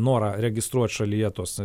norą registruot šalyje tuos